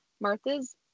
Martha's